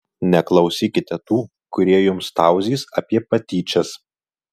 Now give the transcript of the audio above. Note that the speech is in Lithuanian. neklausykite tų kurie jums tauzys apie patyčias